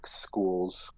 school's